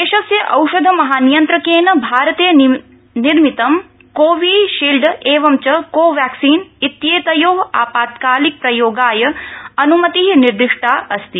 देशस्य औषध महानियन्त्रकेन भारते निर्मितं कोवि शील्ड एवञ्च को वैक्सीन इत्येतयो आपात्कालिकप्रयोगाय अनुमति निर्देष्टा अस्ति